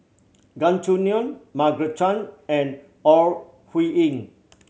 Gan Choo Neo Margaret Chan and Ore Huiying